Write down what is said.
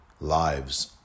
lives